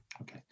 okay